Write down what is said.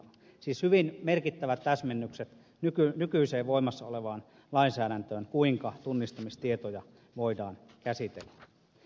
siis hyvin merkittävät täsmennykset nykyiseen voimassa olevaan lainsäädäntöön kuinka tunnistamistietoja voidaan käsitellä